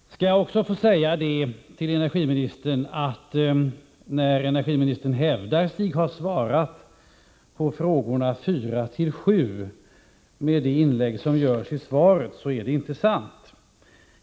Jag skall också be att få säga till energiministern, att när energiministern hävdar att hon svarat på frågorna 4-7 med de inlägg som görs i svaret är detta inte sant.